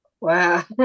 Wow